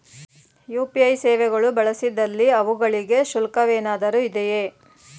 UPI ಸೇವೆಗಳು ಬಳಸಿದಲ್ಲಿ ಅವುಗಳಿಗೆ ಶುಲ್ಕವೇನಾದರೂ ಇದೆಯೇ?